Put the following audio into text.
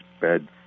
bed